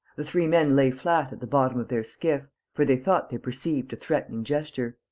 the three men lay flat at the bottom of their skiff, for they thought they perceived a threatening gesture.